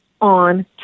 on